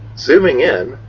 zooming in,